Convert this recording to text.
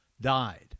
died